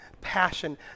passion